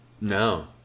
no